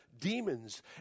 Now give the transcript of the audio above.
demons